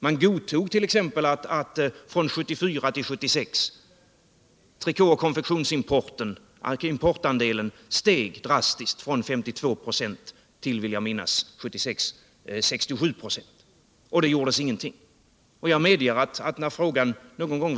Man godtog t.ex. att importand2len när det gäller trikå och konfektionsvaror mellan 1974-1976 steg drastiskt från 52 6 till, vill jag minnas, 67 "a. Det gjordes ingenting för att förhindra denna utveckling.